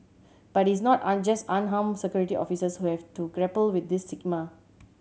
but it's not just unarmed Security Officers who have to grapple with this stigma